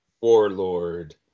Warlord